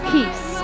Peace